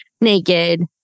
naked